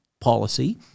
policy